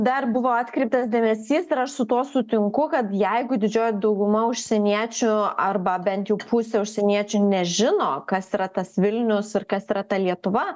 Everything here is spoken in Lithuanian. dar buvo atkreiptas dėmesys ir aš su tuo sutinku kad jeigu didžioji dauguma užsieniečių arba bent jau pusė užsieniečių nežino kas yra tas vilnius ir kas yra ta lietuva